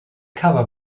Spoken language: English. cover